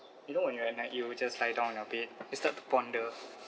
you know when you at night you will just lie down on your bed you start to ponder